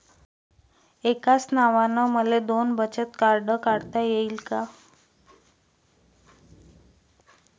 एकाच नावानं मले दोन बचत खातं काढता येईन का?